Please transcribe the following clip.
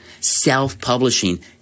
self-publishing